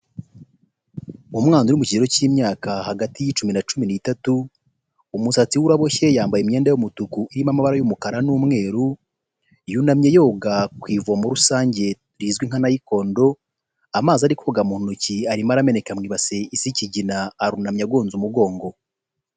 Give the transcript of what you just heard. Umwana uri mu kigero cy'imyaka hagati y'icumi na cumi n'itatu; umusatsi ye uraboshye, yambaye imyenda y'umutuku irimo amabara y'umukara n'umweru, yunamye yoga ku ivomo rusange rizwi nka nayikondo, amazi ari koga mu ntoki arimo arameneka mu ibasi isa ikigina, arunamye agonze umugongo